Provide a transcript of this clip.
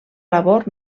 labor